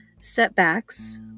Setbacks